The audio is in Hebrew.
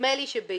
נדמה לי שביולי,